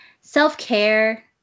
self-care